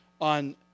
on